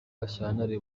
gashyantare